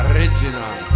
Original